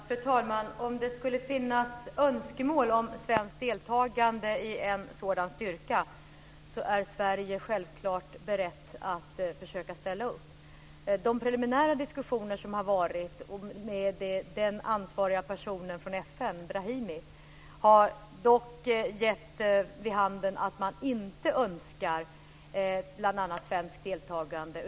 Fru talman! Om det skulle finnas önskemål om svenskt deltagande i en sådan styrka är Sverige självfallet berett att försöka ställa upp. De preliminära diskussioner som har varit med den ansvariga personen från FN, Brahimi, har dock gett vid handen att man inte önskar bl.a. svenskt deltagande.